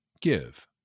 give